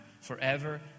forever